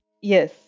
Yes